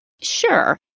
Sure